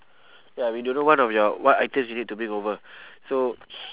ya we don't know one of your what items we need to bring over so